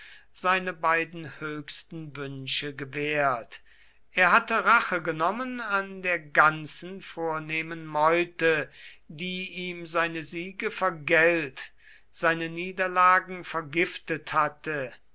seine beiden höchsten wünsche gewährt er hatte rache genommen an der ganzen vornehmen meute die ihm seine siege vergällt seine niederlagen vergiftet hatte